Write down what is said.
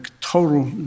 total